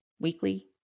weekly